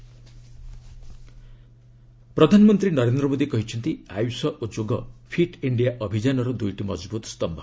PM yoga award ପ୍ରଧାନମନ୍ତ୍ରୀ ନରେନ୍ଦ୍ର ମୋଦି କହିଛନ୍ତି ଆୟୁଷ ଓ ଯୋଗ ଫିଟ୍ ଇଣ୍ଡିଆ ଅଭିଯାନର ଦୁଇଟି ମଜବୁତ ସ୍ତମ୍ଭ